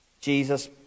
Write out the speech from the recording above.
Jesus